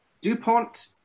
Dupont